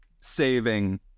saving